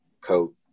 coat